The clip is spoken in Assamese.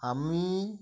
আমি